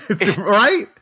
Right